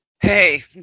Hey